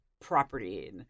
property